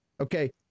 Okay